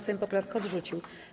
Sejm poprawkę odrzucił.